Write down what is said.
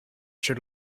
should